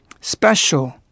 special